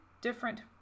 different